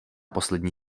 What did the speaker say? poslední